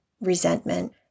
resentment